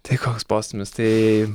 tai koks postūmis tai